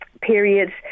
period